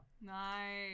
Nice